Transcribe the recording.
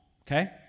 okay